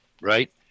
Right